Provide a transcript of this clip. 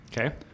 okay